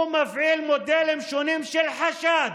הוא מפעיל מודלים שונים של חשד